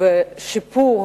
בשיפור